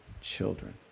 children